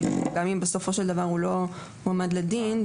אישום גם אם בסופו של דבר הוא לא הועמד לדין.